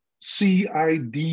CID